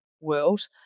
world